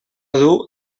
dur